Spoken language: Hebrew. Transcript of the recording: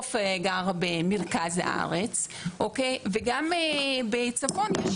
הרוב גרים במרכז הארץ וגם בצפון יש